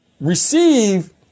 receive